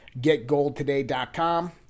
Getgoldtoday.com